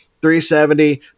370